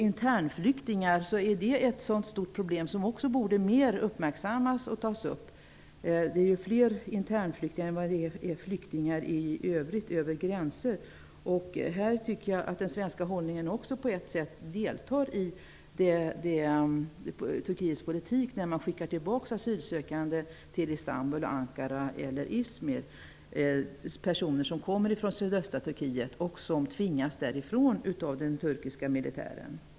Internflyktingar är ett stort problem som borde uppmärksammas och tas upp mer. Det finns fler internflyktingar än flyktingar som flyr över gränser. Den svenska hållningen innebär att vi på ett sätt deltar i Turkiets politik. Vi skickar tillbaks asylsökande till Istanbul, Ankara eller Izmir. Det gäller personer som kommer från sydöstra Turkiet och som tvingas därifrån av den turkiska militären.